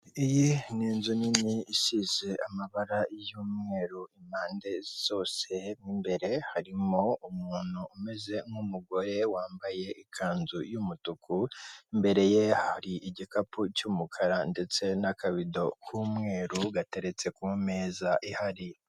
Iyi ni inzu nini isize amabara y'umweru impande zose, imbere harimo umuntu umeze nk'umugore wambaye ikanzu y'umutuku, imbere ye hari igikapu cy'umukara ndetse n'akabido k'umweru gateretse ku meza ihari.